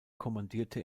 kommandierte